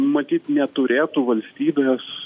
matyt neturėtų valstybės